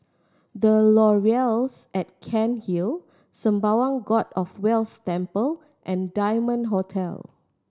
The Laurels at Cairnhill Sembawang God of Wealth Temple and Diamond Hotel